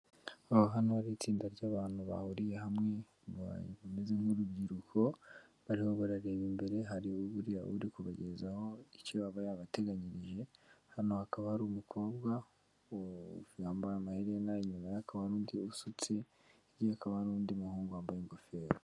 Aho hano hari itsinda ry'abantu bahuriye hamwe, bameze nk'urubyiruko bariho barareba imbere, hari buriya uri kubagezaho icyo aba yabateganyirije, hano hakaba hari umukobwa wambaye amaherena, inyuma hakaba n'undi usutse, hirya ye hakaba n'undi muhungu wambaye ingofero.